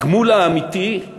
הגמול האמיתי הוא